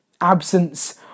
absence